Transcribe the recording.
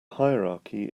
hierarchy